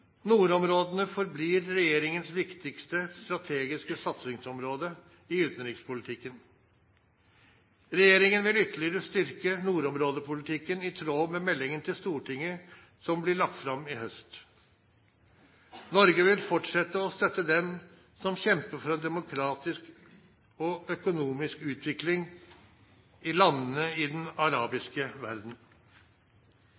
Nordområdene forblir regjeringens viktigste strategiske satsingsområde i utenrikspolitikken. Regjeringen vil ytterligere styrke nordområdepolitikken i tråd med meldingen til Stortinget som blir lagt fram i høst. Norge vil fortsette å støtte dem som kjemper for en demokratisk og økonomisk utvikling i landene i den